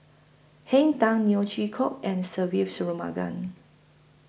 Henn Tan Neo Chwee Kok and Se Ve Shanmugam